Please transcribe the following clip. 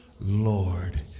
Lord